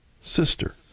sister